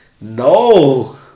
No